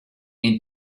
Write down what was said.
and